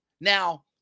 Now